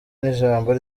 n’ijambo